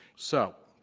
so,